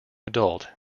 adult